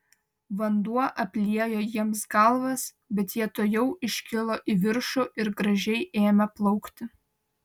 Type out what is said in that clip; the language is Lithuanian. vanduo apliejo jiems galvas bet jie tuojau iškilo į viršų ir gražiai ėmė plaukti